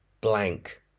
blank